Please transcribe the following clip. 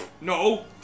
no